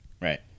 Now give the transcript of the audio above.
Right